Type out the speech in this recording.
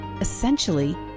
Essentially